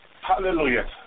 Hallelujah